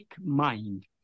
mind